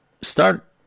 start